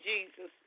Jesus